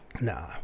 Nah